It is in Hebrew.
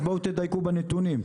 אז בואו תדייקו בנתונים.